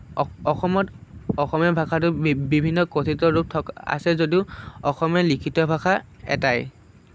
অসমত অসমীয়া ভাষাতো বিভিন্ন কথিত ৰূপ থকা আছে যদিও অসমীয়া লিখিত ভাষা এটাই